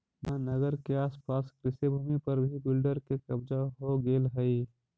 महानगर के आस पास कृषिभूमि पर भी बिल्डर के कब्जा हो गेलऽ हई